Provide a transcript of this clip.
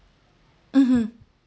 mmhmm